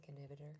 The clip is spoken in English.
inhibitor